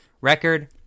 record